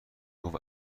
گفت